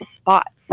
spots